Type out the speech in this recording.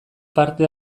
parte